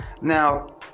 Now